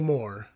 More